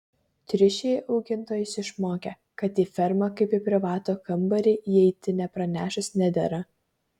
triušiai augintojus išmokė kad į fermą kaip į privatų kambarį įeiti nepranešus nedera